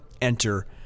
enter